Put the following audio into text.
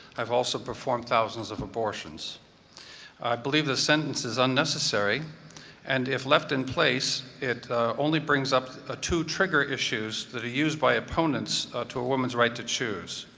i've also performed thousands of abortions. i believe the sentence is un unnecessary and if left in place, it only brings up ah two trigger issues that are used by opponents to a woman's right to choose.